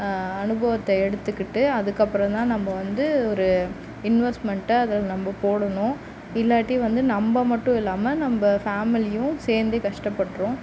அனுபவத்தை எடுத்துக்கிட்டு அதுக்கப்புறோம் தான் நம்ம வந்து ஒரு இன்வெஸ்ட்மென்ட்டாக அதில் நம்ம போடணும் இல்லாட்டி வந்து நம்ப மட்டும் இல்லாமல் நம்ப ஃபேமிலியும் சேர்ந்தே கஷ்டப்பட்ரும்